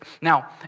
Now